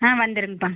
வந்துருங்கப்பா